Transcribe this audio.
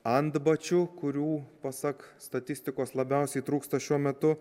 antbačių kurių pasak statistikos labiausiai trūksta šiuo metu